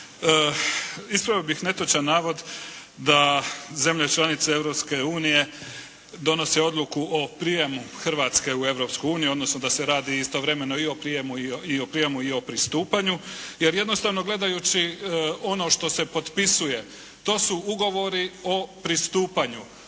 Ispravio bih netočan navod da zemlje članice Europske unije donose odluku o prijemu Hrvatske u Europsku uniju, odnosno da se radi istovremeno i o prijemu i o pristupanju jer jednostavno gledajući ono što se potpisuje to su ugovori o pristupanju.